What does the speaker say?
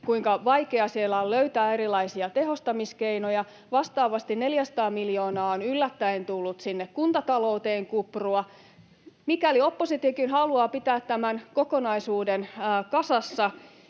kuinka vaikea siellä on löytää erilaisia tehostamiskeinoja. Vastaavasti 400 miljoonaa on yllättäen tullut kuntatalouteen kuprua. Mikäli oppositiokin haluaa pitää tämän kokonaisuuden kasassa